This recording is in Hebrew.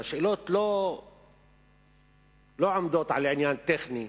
והשאלות לא עומדות על עניין טכני,